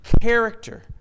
character